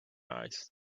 eyes